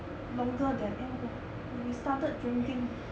longer than end~ we started drinking